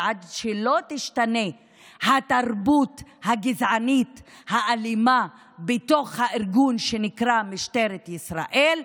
ועד שלא תשתנה התרבות הגזענית האלימה בתוך הארגון שנקרא משטרת ישראל,